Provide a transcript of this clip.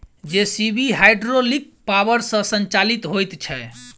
JCB hydraulic power सॅ संचालित होइत छै